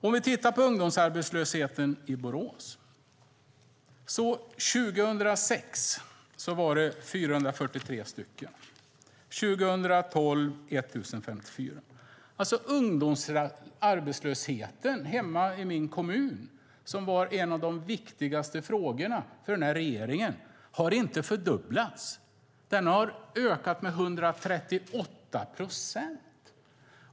Vi kan titta på ungdomsarbetslösheten i Borås. År 2006 var det 443 arbetslösa, och 2012 var det 1 054. Ungdomsarbetslösheten, som var en av de viktigaste frågorna för denna regering, har alltså inte fördubblats hemma i min kommun utan ökat med 138 procent!